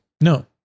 No